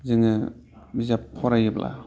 जोङो बिजाब फरायोब्ला